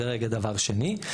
זה רגע דבר שני.